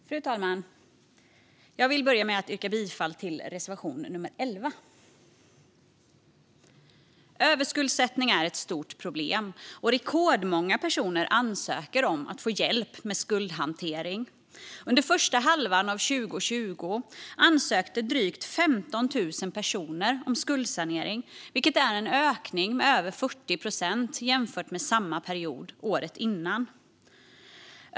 Fru talman! Jag vill börja med att yrka bifall till reservation 11. Överskuldsättning är ett stort problem, och rekordmånga personer ansöker om att få hjälp med skuldhantering. Under första halvan av 2020 ansökte drygt 15 000 personer om skuldsanering, vilket är en ökning med över 40 procent jämfört med samma period året innan.